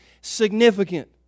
significant